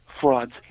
frauds